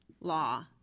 law